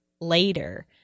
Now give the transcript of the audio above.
later